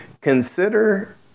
consider